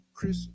Chris